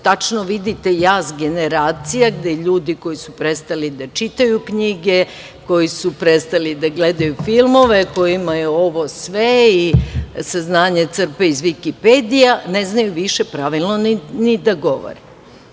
tačno vidite jaz generacija gde ljudi koji su prestali da čitaju knjige, koji su prestali da gledaju filmove, koji svo saznanje crpe iz Vikipedija, ne znaju više pravilno ni da govore. Vi